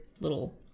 little